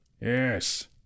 Yes